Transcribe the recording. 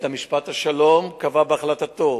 בית-משפט השלום קבע בהחלטתו